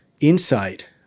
insight